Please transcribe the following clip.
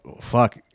fuck